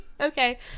Okay